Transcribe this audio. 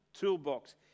toolbox